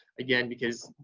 again because,